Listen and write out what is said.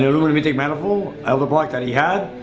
intake manifold, edlebrock, that he had.